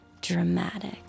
dramatic